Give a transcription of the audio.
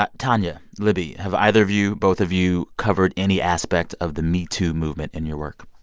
ah tonya, libby, have either of you, both of you, covered any aspect of the metoo movement in your work?